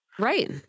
Right